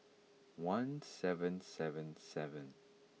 one seven seven seven